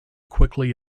quickly